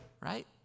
Right